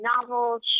novels